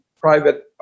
private